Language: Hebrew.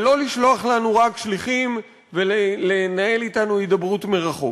ולא לשלוח אלינו רק שליחים ולנהל אתנו הידברות מרחוק.